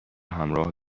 همراه